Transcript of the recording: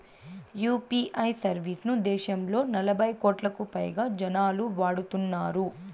UPI service ను దేశంలో నలభై కోట్లకు పైగా జనాలు వాడుతున్నారు